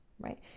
right